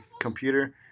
computer